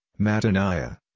Mataniah